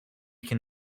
can